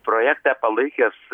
projektą palaikęs